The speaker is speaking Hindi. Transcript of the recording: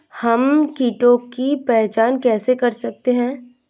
हम कीटों की पहचान कैसे कर सकते हैं?